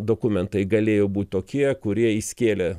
dokumentai galėjo būt tokie kurie įskėlė